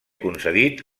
concedit